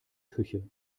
küche